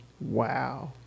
Wow